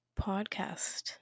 podcast